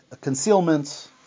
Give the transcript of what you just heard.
concealment